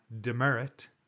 demerit